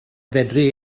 fedru